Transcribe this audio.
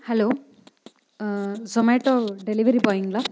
hello Zomato delivery பாய்ங்களா